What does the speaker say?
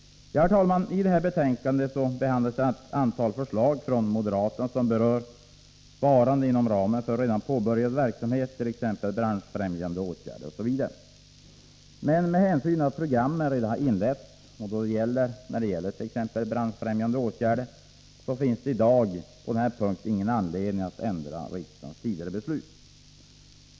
Herr talman! I det här betänkandet behandlas ett antal förslag från moderaterna, som rör sparande inom ramen för redan påbörjad verksamhet, t.ex. branschfrämjande åtgärder. Med hänsyn till att programmet redan har inletts då det gäller bl.a. branschfrämjande åtgärder finns det i dag på den punkten ingen anledning att ändra riksdagens tidigare beslut.